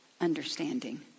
Understanding